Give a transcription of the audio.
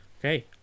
okay